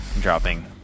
Dropping